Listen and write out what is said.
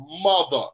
mother